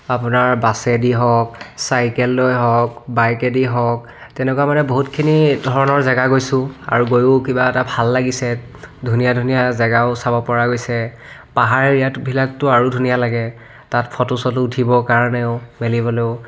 আপোনাৰ বাছেদি হওক চাইকেল লৈ হওক বাইকেদি হওক তেনেকুৱা মানে বহুতখিনি ধৰণৰ জেগা গৈছোঁ আৰু গৈয়ো কিবা এটা ভাল লাগিছে ধুনীয়া ধুনীয়া জেগাও চাব পৰা গৈছে পাহাৰ এৰীয়াবিলাকতো আৰু ধুনীয়া লাগে তাত ফটো চটো উঠিবৰ কাৰণেও মেলিবলৈও